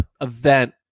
event